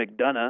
McDonough